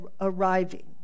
arriving